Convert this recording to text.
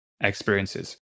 experiences